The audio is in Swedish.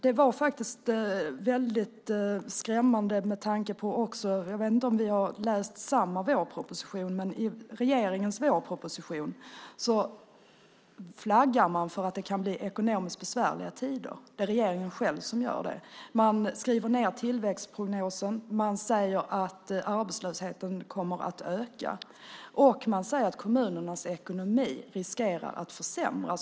Det är väldigt skrämmande - jag vet inte om vi har läst samma vårproposition - att läsa att man i regeringens vårproposition flaggar för att det kan bli ekonomiskt besvärliga tider - regeringen själv gör det. Man skriver ned tillväxtprognosen och säger att arbetslösheten kommer att öka. Man säger också att kommunernas ekonomi riskerar att försämras.